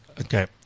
Okay